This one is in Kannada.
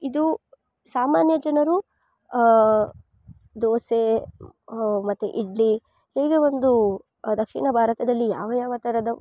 ಇದು ಸಾಮಾನ್ಯ ಜನರು ದೋಸೆ ಮತ್ತು ಇಡ್ಲಿ ಹೀಗೆ ಒಂದು ದಕ್ಷಿಣ ಭಾರತದಲ್ಲಿ ಯಾವ ಯಾವ ಥರದ